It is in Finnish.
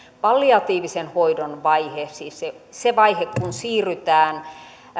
palliatiivisen hoidon vaihe siis se se vaihe kun siirrytään